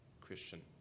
Christian